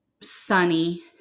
sunny